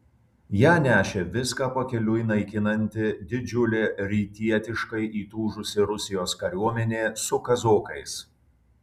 ją nešė viską pakeliui naikinanti didžiulė rytietiškai įtūžusi rusijos kariuomenė su kazokais